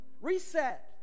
reset